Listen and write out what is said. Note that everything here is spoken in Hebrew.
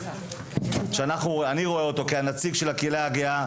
שאני רואה אותו כנציג של הקהילה הגאה,